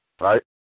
right